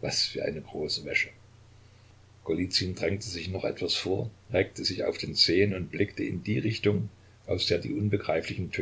was für eine große wäsche golizyn drängte sich noch etwas vor reckte sich auf den zehen und blickte in die richtung aus der die unbegreiflichen